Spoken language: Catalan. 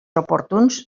oportuns